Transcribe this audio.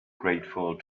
grateful